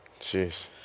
Jeez